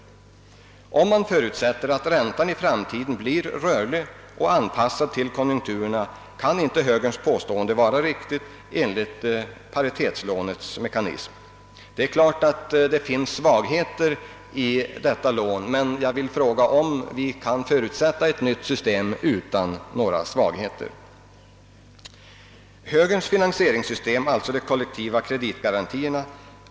Om man förutsätter att räntan i framtiden blir rörlig och anpassad till konjunkturerna kan inte högerns påstående vara riktigt enligt paritetslånets mekanism. Högerns finansieringssystem — kollektiva kreditgarantier.